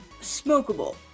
smokable